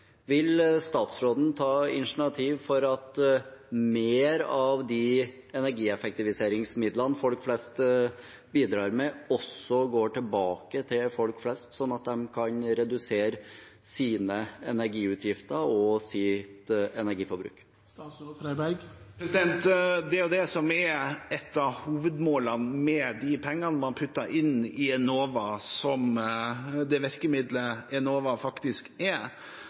Vil statsråden ta initiativ til at mer av de energieffektiviseringsmidlene folk flest bidrar med, også går tilbake til folk flest – sånn at de kan redusere sine energiutgifter og sitt energiforbruk? Det er jo det som er ett av hovedmålene med de pengene man putter inn i Enova – som det virkemidlet Enova faktisk er.